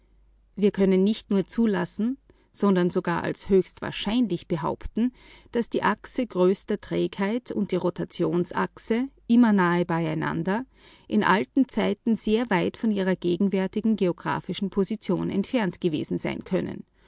wir können nicht nur zulassen sondern sogar als höchst wahrscheinlich behaupten daß die achse größter trägheit und die rotationsachse immer nahe beieinander in alten zeiten sehr weit von ihrer gegenwärtigen geographischen position entfernt gewesen sein können